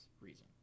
reason